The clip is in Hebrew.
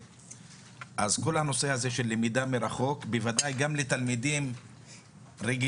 כל הנושא הזה של למידה מרחוק בוודאי גם לתלמידים רגילים,